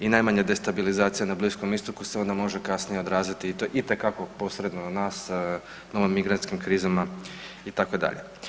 I najmanja destabilizacija na Bliskom istoku se onda može kasnije odraziti i to itekako posredno i na nas novim migrantskim krizama itd.